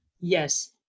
yes